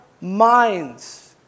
minds